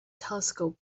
telescope